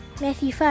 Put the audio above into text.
Matthew